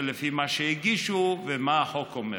לפי מה שהגישו ומה שהחוק אומר.